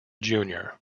junior